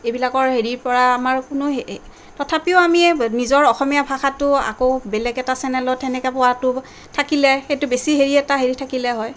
এইবিলাকৰ হেৰিৰ পৰা আমাৰ কোনো তথাপি আমিয়ে নিজৰ অসমীয়া ভাষাটো আকৌ বেলেগ এটা চেনেলত সেনেকে পোৱাতো থাকিলে সেইটো বেছি হেৰি এটা হেৰি থাকিলে হয়